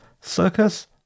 Circus